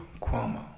Cuomo